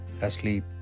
asleep